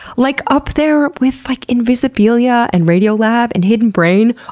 like, up there with like invisibilia and radiolab and hidden brain.